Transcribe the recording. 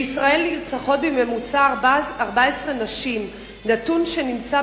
בישראל נרצחות בשנה בממוצע 14 נשים, נתון שנמצא